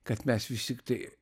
kad mes vis tiktai